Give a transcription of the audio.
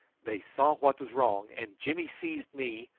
they saw what was wrong, and jimmy seized me,